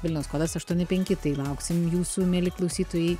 vilniaus kodas aštuoni penki tai lauksim jūsų mieli klausytojai